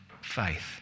faith